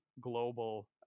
global